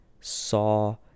saw